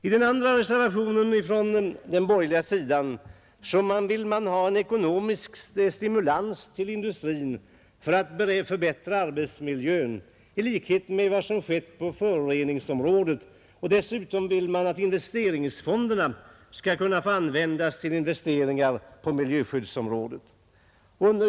I den andra reservationen från den borgerliga sidan vill man ha en ekonomisk stimulans till industrin för att förbättra arbetsmiljön i likhet med vad som skett på föroreningsområdet, och dessutom vill man att investeringsfonderna skall kunna användas till investeringar på miljöskyddsområdet.